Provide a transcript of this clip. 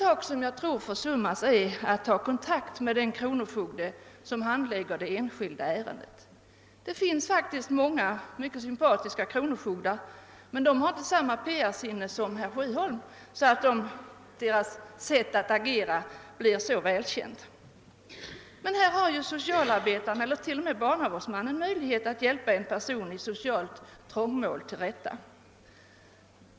Jag tror att man försummar att ta kontakt med den kronofogde som handlägger det enskilda ärendet. Det finns faktiskt många mycket sympatiska kronofogdar, men de har inte samma PR-sinne som herr Sjöholm att agera så att deras sätt blir välkänt. Här har socialarbetaren och t.o.m. barnavårdsmannen full frihet att hjälpa en person i socialt trångmål till rätta.